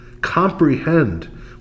comprehend